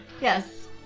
Yes